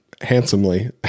handsomely